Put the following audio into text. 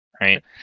Right